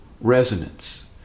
resonance